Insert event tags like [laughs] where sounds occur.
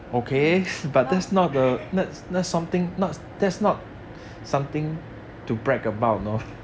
not [laughs]